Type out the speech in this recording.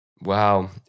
Wow